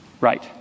Right